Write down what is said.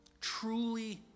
truly